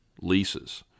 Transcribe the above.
leases